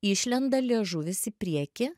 išlenda liežuvis į priekį